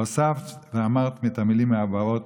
הוספת ואמרת את המילים הבאות,